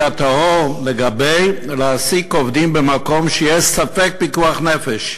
הטהור לגבי העסקת עובדים במקום שיש ספק פיקוח נפש.